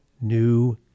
new